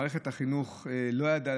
מערכת החינוך לא ידעה,